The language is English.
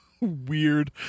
weird